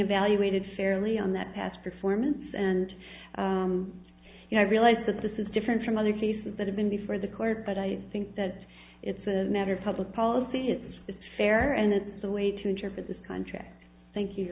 evaluated fairly on that past performance and you know i realize that this is different from other cases that have been before the court but i think that it's a matter of public policy it's fair and it's a way to interpret this contract thank you